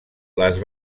les